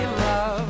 love